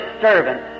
servant